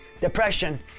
depression